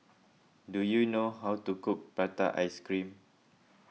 do you know how to cook Prata Ice Cream